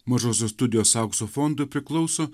mažosios studijos aukso fondui priklauso